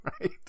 right